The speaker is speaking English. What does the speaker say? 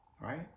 right